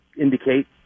indicate